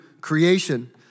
creation